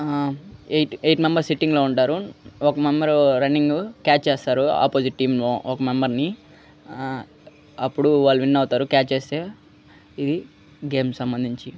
eight eight members సిట్టింగ్లో ఉంటారు ఒక మెంబరు రన్నింగ్ క్యాచ్ వేస్తారు ఆపోజిట్ టీమ్ ఓ ఒక మెంబర్ని అప్పుడు వాళ్ళు విన్ అవుతారు క్యాచ్ ఎస్తే ఇది గేమ్స్ సంబందించి